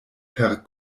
per